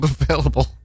available